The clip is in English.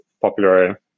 popular